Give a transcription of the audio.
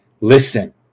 Listen